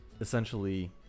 essentially